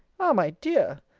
ah, my dear!